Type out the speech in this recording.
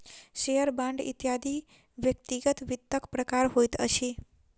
share, bond इत्यादि व्यक्तिगत वित्तक प्रकार होइत अछि